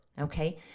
okay